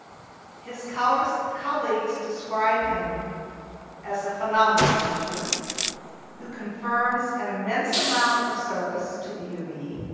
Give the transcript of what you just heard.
his colleagues colleagues describe him as a phenomenal teacher who confirms an immense amount of service to the u of e,